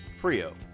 Frio